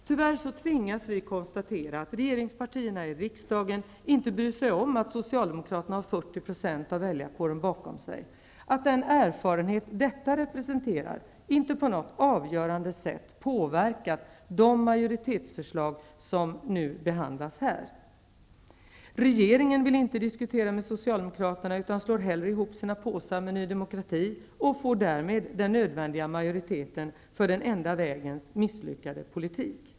Tyvärr tvingas vi konstatera att regeringspartierna i riksdagen inte bryr sig om att Socialdemokraterna har 40 % av väljarkåren bakom sig och att den erfarenhet detta representerar inte på något avgörande sätt påverkat de majoritetsförslag som nu behandlas här. Regeringen vill inte diskutera med Socialdemokraterna utan slår hellre ihop sina påsar med Ny demokrati för att få den nödvändiga majoriteten för den enda vägens misslyckade politik.